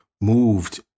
moved